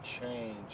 change